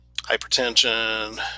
hypertension